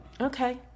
okay